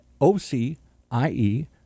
OCIE